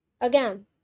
again